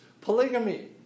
Polygamy